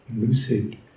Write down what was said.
lucid